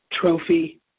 trophy